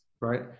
right